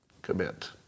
commit